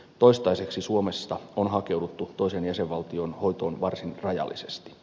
toistaiseksi suomesta on hakeuduttu toiseen jäsenvaltion hoitoon varsin rajallisesti